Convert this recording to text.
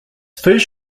first